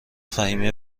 فهمیه